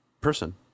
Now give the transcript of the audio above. person